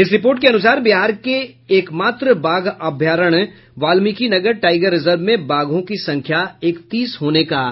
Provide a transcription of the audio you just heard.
इस रिपोर्ट के अनुसार बिहार के एक मात्र बाघ अभयारण्य वाल्मीकिनगर टाईगर रिजर्व में बाघों की संख्या इकतीस होने का